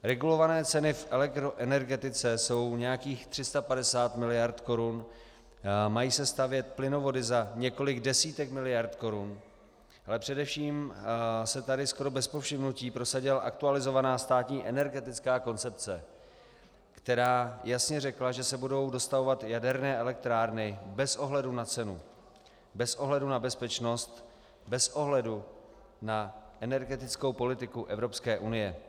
Regulované ceny v elektroenergetice jsou nějakých 350 mld. korun, mají se stavět plynovody za několik desítek miliard korun, ale především se tady skoro bez povšimnutí prosadila aktualizovaná státní energetická koncepce, která jasně řekla, že se budou dostavovat jaderné elektrárny bez ohledu na cenu, bez ohledu na bezpečnost, bez ohledu na energetickou politiku Evropské unie.